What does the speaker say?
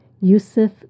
Yusuf